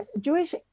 Jewish